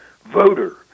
voter